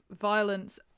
violence